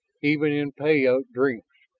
even in peyote dreams!